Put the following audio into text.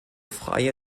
freie